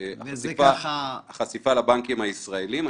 החשיפה לבנקים הישראלים.